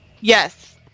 Yes